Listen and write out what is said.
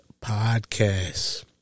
podcast